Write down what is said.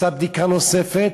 עשה בדיקה נוספת,